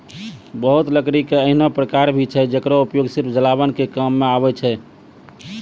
बहुत लकड़ी के ऐन्हों प्रकार भी छै जेकरो उपयोग सिर्फ जलावन के काम मॅ आवै छै